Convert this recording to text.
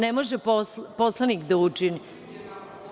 Ne može poslanik da učini.